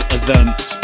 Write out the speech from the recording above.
events